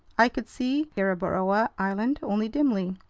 i could see gueboroa island only dimly.